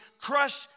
crush